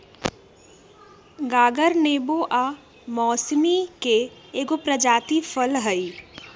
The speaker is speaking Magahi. गागर नेबो आ मौसमिके एगो प्रजाति फल हइ